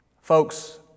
Folks